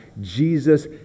Jesus